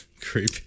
Creepy